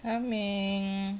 coming